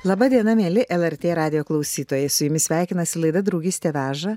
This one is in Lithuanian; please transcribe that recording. laba diena mieli lrt radijo klausytojai su jumis sveikinasi laida draugystė veža